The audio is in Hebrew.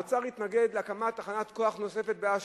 האוצר התנגד להקמת תחנת כוח נוספת באשקלון.